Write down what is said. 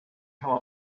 come